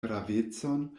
gravecon